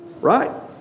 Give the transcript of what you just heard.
Right